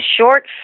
short